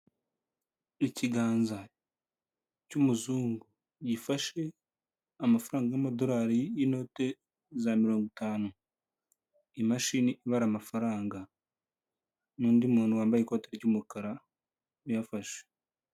Ikiganza cy'umuzungu gifashe amafaranga y'amadorari y'inote za mirongo itanu. Imashini ibara amafaranga, n'undi muntu wambaye ikoti ry'umukara uyafashe.